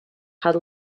had